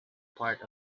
part